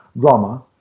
drama